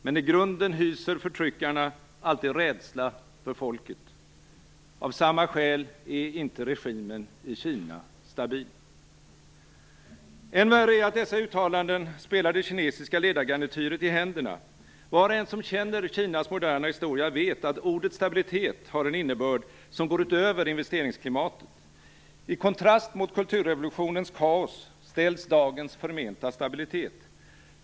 Men i grunden hyser förtryckarna alltid rädsla för folket. Av samma skäl är inte regimen i Kina stabil. Än värre är att dessa uttalanden spelar det kinesiska ledargarnityret i händerna. Var och en som känner Kinas moderna historia vet att ordet stabilitet har en innebörd som går utöver investeringsklimatet. I kontrast mot kulturrevolutionens kaos ställs dagens förmenta stabilitet.